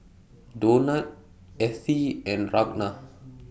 Donat Ethie and Ragna